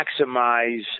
maximize